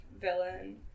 villain